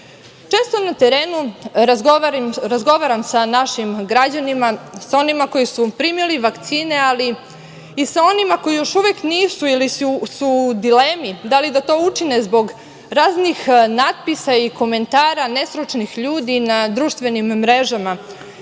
na terenu razgovaram sa našim građanima, sa onima koji su primili vakcine, ali i sa onima koji još uvek nisu jer su u dilemi da li da to učine zbog raznih natpisa i komentara nestručnih ljudi na društvenim mrežama.